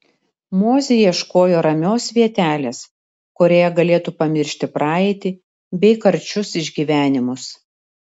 mozė ieškojo ramios vietelės kurioje galėtų pamiršti praeitį bei karčius išgyvenimus